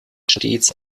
stets